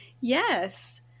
Yes